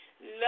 Love